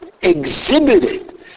exhibited